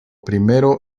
primero